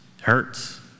Hurts